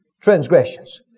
transgressions